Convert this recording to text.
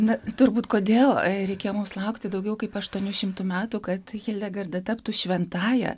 na turbūt kodėl reikėjo mums laukti daugiau kaip aštuonių šimtų metų kad hildegarda taptų šventąja